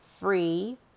Free